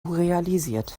realisiert